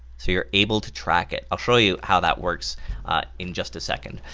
so you're able to track it. i'll show you how that works in just a second.